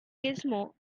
gizmo